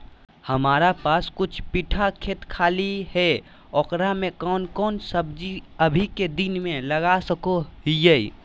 हमारा पास कुछ बिठा खेत खाली है ओकरा में कौन कौन सब्जी अभी के दिन में लगा सको हियय?